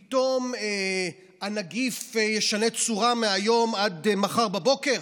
פתאום הנגיף ישנה צורה מהיום עד מחר בבוקר?